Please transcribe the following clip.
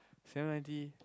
seven ninety